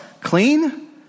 clean